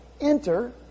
enter